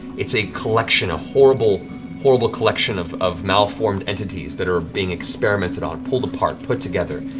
it's a collection, a horrible horrible collection of of malformed entities that are being experimented on. pulled apart, put together.